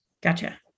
Gotcha